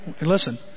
Listen